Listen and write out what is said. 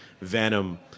Venom